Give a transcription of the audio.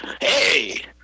Hey